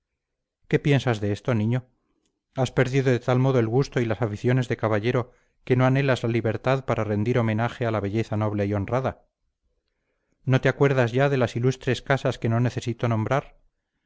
qué piensas de esto niño has perdido de tal modo el gusto y las aficiones de caballero que no anhelas la libertad para rendir homenaje a la belleza noble y honrada no te acuerdas ya de las ilustres casas que no necesito nombrar